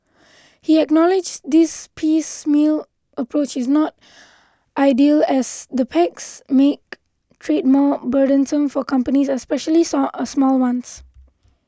he acknowledged this piecemeal approach is not ideal as the pacts make trade more burdensome for companies especially song a small ones